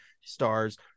stars